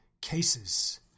cases